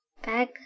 bag